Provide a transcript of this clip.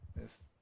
Yes